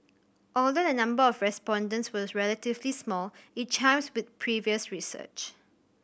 although the number of respondents was relatively small it chimes with previous research